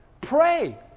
Pray